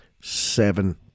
seven